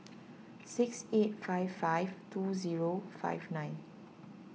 six eight five five two zero five nine